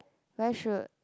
where should